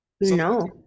No